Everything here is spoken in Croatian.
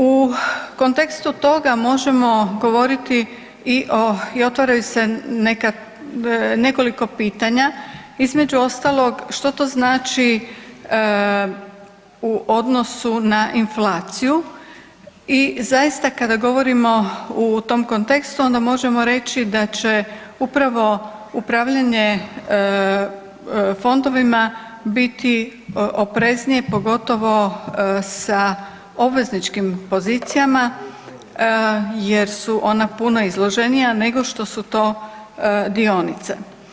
U kontekstu toga možemo govoriti i otvaraju se nekoliko pitanje, između ostalog što to znači u odnosu na inflaciju i zaista kada govorimo u tom kontekstu možemo reći da će upravo upravljanje fondovima biti opreznije, pogotovo sa obvezničkim pozicijama jer su ona puno izloženija nego što su to dionice.